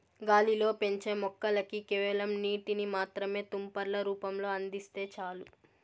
గాలిలో పెంచే మొక్కలకి కేవలం నీటిని మాత్రమే తుంపర్ల రూపంలో అందిస్తే చాలు